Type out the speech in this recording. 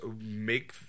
make